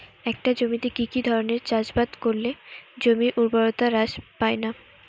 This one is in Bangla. একটা জমিতে কি কি ধরনের চাষাবাদ করলে জমির উর্বরতা হ্রাস পায়না?